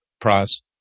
Prize